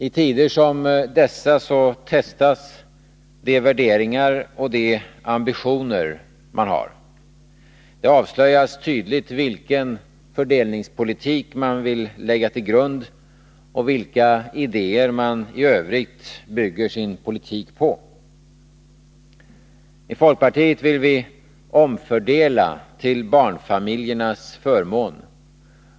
I tider som dessa så testas de värderingar och de ambitioner man har. Det avslöjas tydligt vilken fördelningspolitik man vill lägga till grund och vilka idéer man i övrigt bygger sin politik på. I folkpartiet vill vi omfördela till barnfamiljernas förmån.